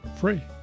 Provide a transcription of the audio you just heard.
free